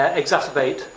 exacerbate